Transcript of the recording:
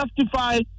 justify